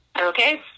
Okay